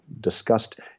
discussed